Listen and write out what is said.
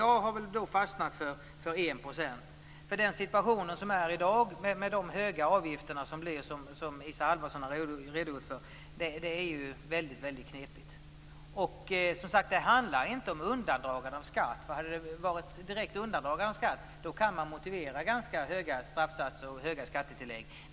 Jag har fastnat för 1 %. Den situation som finns i dag med de höga avgifter som Isa Halvarsson har redogjort för är ju väldigt knepig. Det handlar inte om undandragande av skatt. Hade det varit ett direkt undandragande av skatt kan man motivera ganska höga straffsatser och höga skattetillägg.